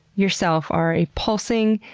yourself, are a pulsing,